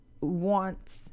wants